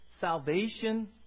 salvation